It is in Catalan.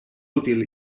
útil